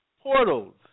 portals